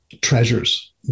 treasures